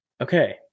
Okay